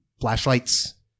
flashlights